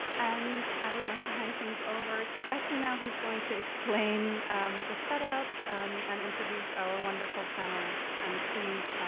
and i would like to hand things over to becky now, who's going to explain the setup and introduce our wonderful panelists and please